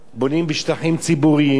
בונים בשטחים ציבוריים,